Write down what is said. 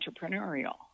entrepreneurial